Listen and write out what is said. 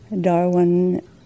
Darwin